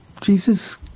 Jesus